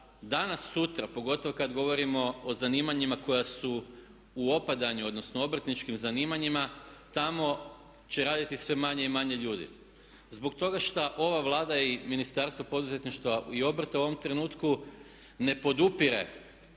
danas sutra pogotovo kad govorimo o zanimanjima koja su u opadanju odnosno obrtničkim zanimanjima, tamo će raditi sve manje i manje ljudi zbog toga što ova Vlada i Ministarstvo poduzetništva i obrta u ovom trenutku ne podupire